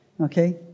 Okay